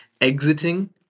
exiting